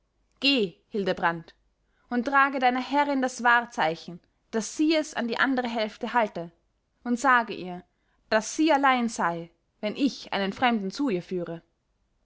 hildebrand und trage deiner herrin das wahrzeichen daß sie es an die andere hälfte halte und sage ihr daß sie allein sei wenn ich einen fremden zu ihr führe